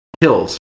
hills